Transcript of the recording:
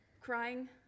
crying